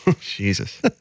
Jesus